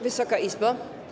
Wysoka Izbo!